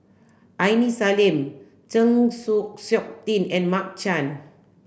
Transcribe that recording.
Aini Salim Chng Seok Tin and Mark Chan